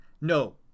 No